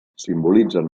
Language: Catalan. simbolitzen